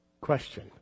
Question